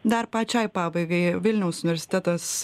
dar pačiai pabaigai vilniaus universitetas